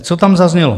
Co tam zaznělo?